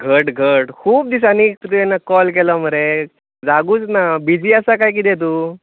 घट घट खूब दिसांनी तुवें कॉल केलो मरे जागूच ना बिजी आसा कांय कितें तूं